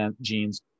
genes